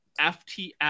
FTX